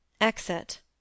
exit